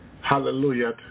Hallelujah